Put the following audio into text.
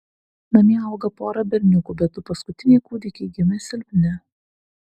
namie auga pora berniukų bet du paskutiniai kūdikiai gimė silpni